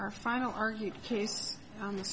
our final argued case